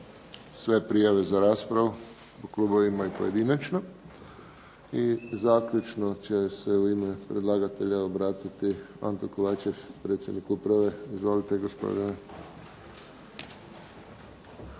sve prijave za raspravu po klubovima i pojedinačno. I zaključno će se u ime predlagatelja obratiti Anton Kovačev, predsjednik uprave. Izvolite gospodine.